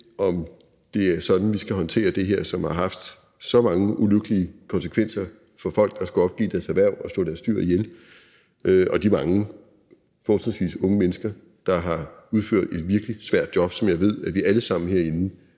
om det er sådan, vi skal håndtere det her, som har haft så mange ulykkelige konsekvenser for folk, der skulle opgive deres erhverv og slå deres dyr ihjel, og de mange fortrinsvis unge mennesker, der har udført et virkelig svært job, som jeg ved at vi alle sammen herinde